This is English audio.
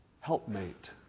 Helpmate